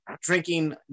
drinking